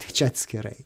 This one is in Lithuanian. tai čia atskirai